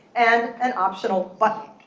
and an optional button.